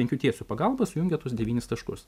penkių tiesių pagalba sujungia tuos devynis taškus